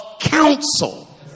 counsel